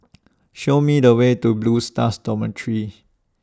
Show Me The Way to Blue Stars Dormitory